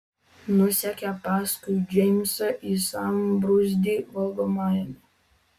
nusekė paskui džeimsą į sambrūzdį valgomajame